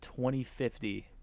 2050